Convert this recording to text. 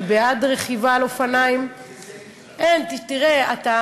אני בעד רכיבה על אופניים, בלי זה אי-אפשר.